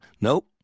nope